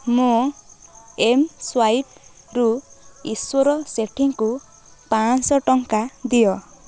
ମୋ mSwipe ରୁ ଈଶ୍ୱର ସେଠୀଙ୍କୁ ପାଞ୍ଚଶହ ଟଙ୍କା ଦିଅ